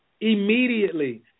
Immediately